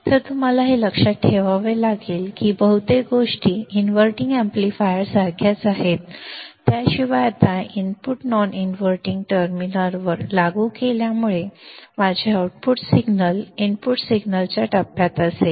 तर तुम्हाला हे लक्षात ठेवावे लागेल की बहुतेक गोष्टी इनव्हर्टींग अॅम्प्लीफायर सारख्याच आहेत त्याशिवाय आता इनपुट नॉन इनव्हर्टिंग टर्मिनलवर लागू केल्यामुळे माझे आउटपुट सिग्नल इनपुट सिग्नलच्या टप्प्यात असेल